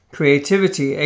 Creativity